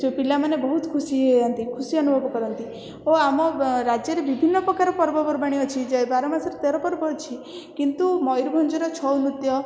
ପିଲାମାନେ ବହୁତ ଖୁସି ହେଇଯାଆନ୍ତି ଖୁସି ଅନୁଭବ କରନ୍ତି ଓ ଆମ ରାଜ୍ୟରେ ବିଭିନ୍ନ ପ୍ରକାର ପର୍ଵପର୍ବାଣି ଅଛି ଯେ ବାର ମାସରେ ତେରପର୍ବ ଅଛି କିନ୍ତୁ ମୟୂରଭଞ୍ଜର ଛଉନୃତ୍ୟ